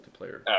multiplayer